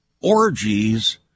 orgies